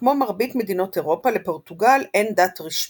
כמו מרבית מדינות אירופה, לפורטוגל אין דת רשמית.